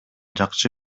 жакшы